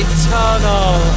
eternal